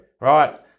right